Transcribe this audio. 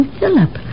Philip